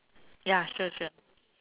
ya sure sure